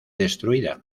destruida